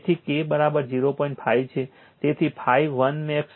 તેથી K 0